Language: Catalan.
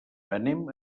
anem